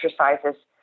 exercises